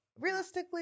realistically